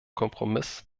kompromiss